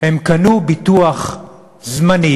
הם קנו ביטוח זמני